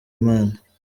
imana